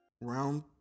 round